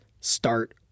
start